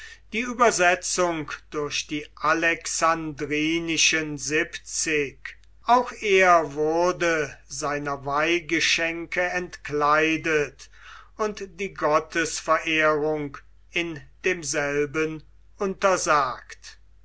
die übersetzung durch die alexandrinischen siebzig auch er wurde seiner weihgeschenke entkleidet und die gottesverehrung in demselben untersagt